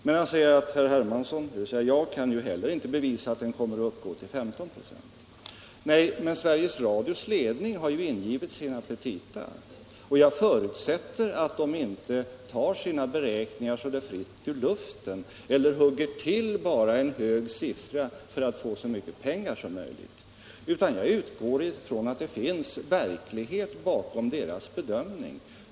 Men jag, säger han, kan heller inte bevisa att den kommer att uppgå till 15 96. Nej, men Sveriges Radios ledning har ingivit sina petita, och jag förutsätter att man inte tar sina beräkningar fritt ur luften eller hugger till med en hög siffra bara för att få så mycket pengar som möjligt. Jag utgår ifrån att det finns verklighet bakom Sveriges Radios bedömning.